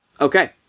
Okay